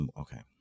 okay